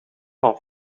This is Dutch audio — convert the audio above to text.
van